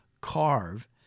carve